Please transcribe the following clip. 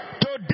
Today